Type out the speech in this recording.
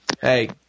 Hey